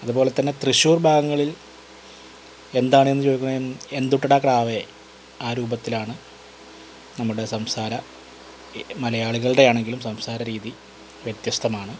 അതുപോലെതന്നെ തൃശ്ശൂർ ഭാഗങ്ങളിൽ എന്താണ് എന്ന് ചോദിക്കണമെങ്കിൽ എന്തൂട്ടെടാ ക്ടാവേ ആ രൂപത്തിലാണ് നമ്മുടെ സംസാര മലയാളികൾടെ ആണെങ്കിലും സംസാര രീതി വ്യത്യസ്തമാണ്